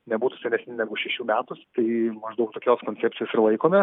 nebūtų senesni negu šešių metų tai maždaug tokios koncepcijos ir laikomės